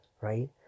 right